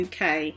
UK